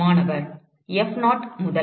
மாணவர் F 0 முதல்